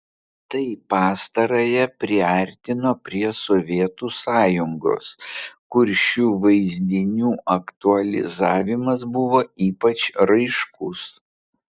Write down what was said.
tai pastarąją priartino prie sovietų sąjungos kur šių vaizdinių aktualizavimas buvo ypač raiškus